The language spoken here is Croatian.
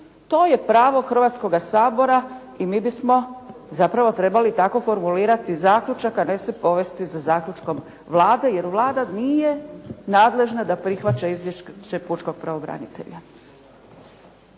To je pravo Hrvatskoga sabora i mi bismo zapravo trebali tako formulirati zaključak, a ne se povesti za zaključkom Vlade jer Vlada nije nadležna da prihvaća izvješće pučkog pravobranitelja.